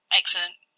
excellent